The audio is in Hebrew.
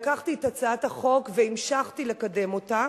לקחתי את הצעת החוק והמשכתי לקדם אותה.